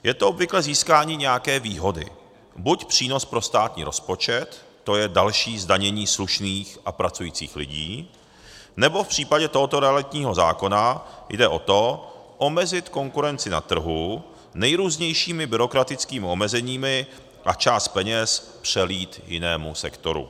Je to obvykle získání nějaké výhody, buď přínos pro státní rozpočet, to je další zdanění slušných a pracujících lidí, nebo v případě tohoto realitního zákona jde o to omezit konkurenci na trhu nejrůznějšími byrokratickými omezeními a část peněz přelít jinému sektoru.